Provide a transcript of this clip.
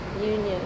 Union